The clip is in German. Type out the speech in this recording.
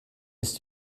ist